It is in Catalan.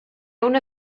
una